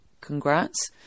congrats